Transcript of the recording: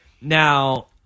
Now